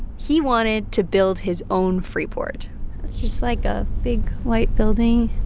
he wanted to build his own free port it's just like a big white building